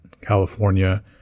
California